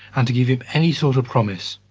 and give him any sort of promise?